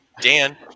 Dan